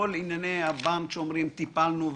כל ענייני הבנק שאומרים "טיפלנו",